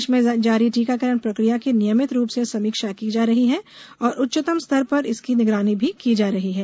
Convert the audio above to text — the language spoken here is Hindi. देश में जारी टीकाकरण प्रक्रिया की नियमित रूप से समीक्षा की जा रही है और उच्चतम स्तर पर इसकी निगरानी भी की जा रही है